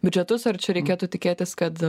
biudžetus ar čia reikėtų tikėtis kad